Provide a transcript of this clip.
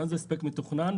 מה זה הספק מתוכנן?